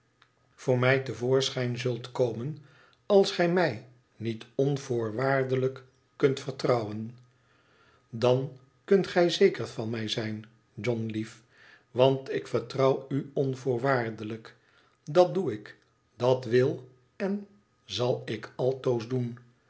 voor mij te voorschijn zult komen als gij mij niet onvoorwaardelijk kunt vertrouwen dan kunt gij zeker van mij zijn john lief want ik vertrouw u onvoorwaardelijk dat doe ik dat wil en zal ik altoos doen